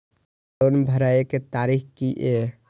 हमर लोन भरय के तारीख की ये?